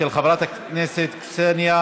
של חברת הכנסת קסניה